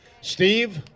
Steve